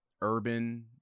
urban